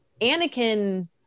Anakin